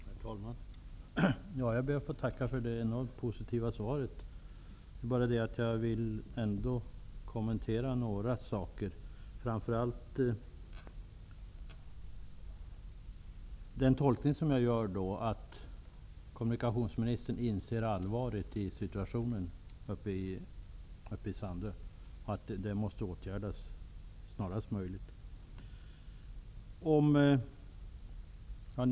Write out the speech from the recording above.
Herr talman! Jag ber att få tacka för det enormt positiva svaret. Ändå vill jag kommentera några saker. Jag gör den tolkningen att kommunikationsministern inser allvaret i situationen i Sandö och att åtgärd snarast möjligt måste vidtagas.